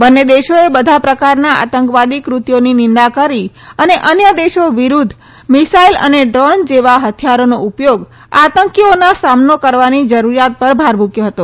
બંને દેશોએ બધા પ્રકારના આતંકવાદી ક્રત્યોની નિંદા કરી અને અન્ય દેશો વિરૂદ્ધ મિસાઈલ અને ડ્રોન જેવા હથિથારોનો ઉપયોગ આતંકવાદીઓનો સામનો કરવાની જરૂરિયાત પર ભાર મૂક્યો હતો